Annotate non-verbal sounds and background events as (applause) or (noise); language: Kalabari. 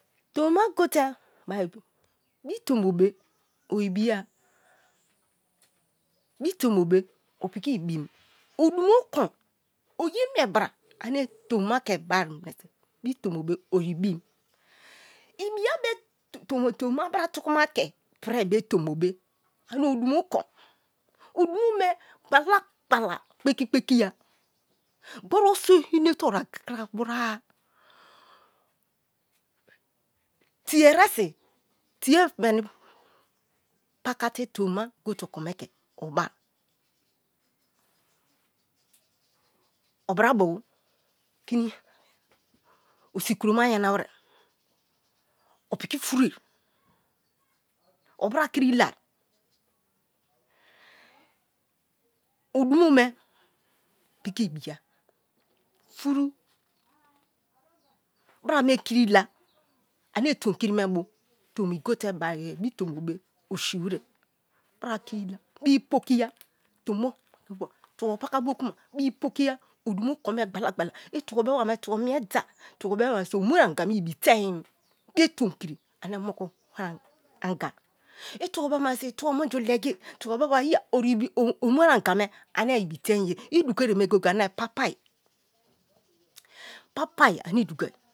Tomi ma gote̠ bai bi tombo̠ be ori biya bi tombo be o piki ibim, o dumo tron, oye mie bra ame̠ tomi ma ke̠ bai mese bi tombo be oribim, ibiya be̠ (unintelligible) tomi ma bra tuku ma ke priē be̠ tombo be̠ ame̠ odumo kon, odumo me gbala gbala kpeki kpekiya, gboroso me̠te̠ aragira bura īnje eresi̠? Tu meni paka te tomi ma gote okome̠ ke obai oba bu (unintelligible) osi kuro ma yana wire opiki fairuè, obra kin lai o dumo me piki ibiya, fauru bra me kiri la anne toukii me bu tomi gote bai bi tombo be̠ ocai wire, bra kri la, bi pokiya (unintelligible) tabo puka bo kuma bi pokiya, o dumo kin mi gbala gbala, itubo be̠ wa me tawo mie da, tubo be̠ wa (unintelligible) o mue anga me ibi teim be tom kri ame̠ mo ku wa angai, itubo be wa (unintelligible) nui ju legi tubo be̠ ba ya (unintelligible) omu ari anga me ane̠ ibitein ye, idugo ariye mi goye goye ane pa pai papai ane idugoai.